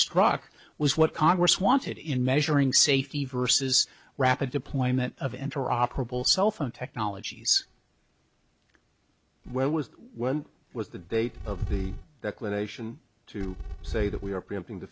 struck was what congress wanted in measuring safety versus rapid deployment of interoperable cellphone technologies where was when was the date of the clinician to say that we are preempting t